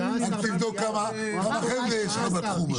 אז תבדוק כמה --- יש לך בתחום הזה.